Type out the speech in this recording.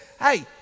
hey